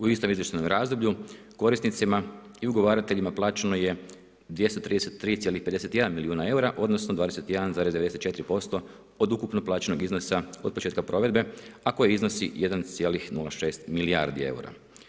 U istom izvještajnom razdoblju korisnicima i ugovarateljima plaćeno je 233,51 milijuna eura, odnosno 21,94% od ukupno plaćenog iznosa od početka provedbe, a koji iznosi 1,06 milijardi eura.